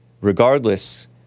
Regardless